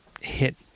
hit